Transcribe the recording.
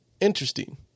interesting